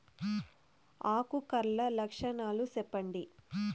ఆకు కర్ల లక్షణాలు సెప్పండి